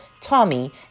Tommy